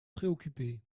préoccupé